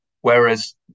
whereas